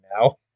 now